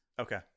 okay